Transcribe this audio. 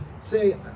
say